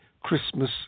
Christmas